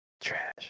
Trash